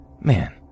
man